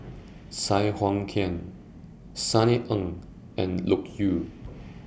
Sai Hua Kuan Sunny Ang and Loke Yew